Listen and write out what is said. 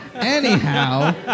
anyhow